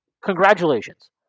Congratulations